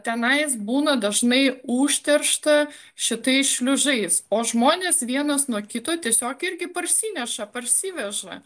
kad tenais būna dažnai užteršta šitais šliužais o žmonės vienas nuo kito tiesiog irgi parsineša parsiveža